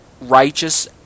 righteous